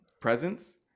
presence